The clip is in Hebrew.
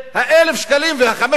5,000 השקל ו-10,000 השקל,